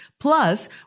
plus